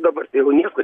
dabar tai jau nieko